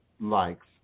likes